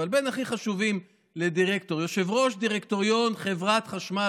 אבל בין הכי חשובים לדירקטור: יושב-ראש דירקטוריון חברת חשמל,